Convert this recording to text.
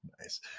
Nice